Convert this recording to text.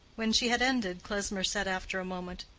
when she had ended, klesmer said after a moment,